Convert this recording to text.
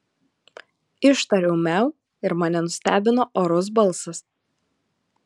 ištariau miau ir mane nustebino orus balsas